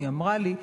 היא אמרה לי,